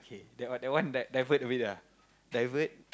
okay that that one that one like divert away ah divert